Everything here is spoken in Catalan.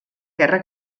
guerra